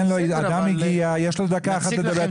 אדם הגיע ויש לו דקה אחת לדבר,